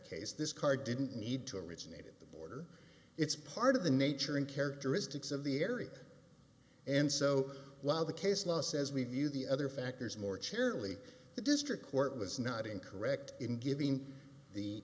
case this car didn't need to originate in the border it's part of the nature and characteristics of the area and so while the case law says we view the other factors more chair lee the district court was not incorrect in giving the